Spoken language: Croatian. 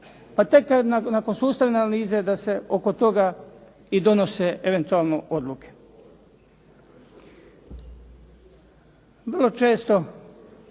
pa tek nakon sustavne analize da se oko toga i donose eventualno odluke. Vrlo često